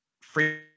free